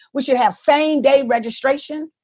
we should have same-day registration.